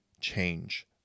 change